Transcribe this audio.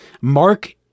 Mark